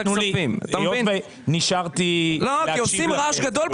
עושים רעש גדול,